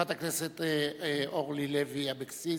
חברת הכנסת אורלי לוי אבקסיס,